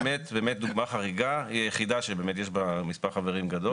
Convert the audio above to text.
באמת דוגמה חריגה ויחידה שיש בה מספר חברים גדול.